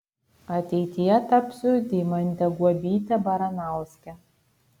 ateityje tapsiu deimante guobyte baranauske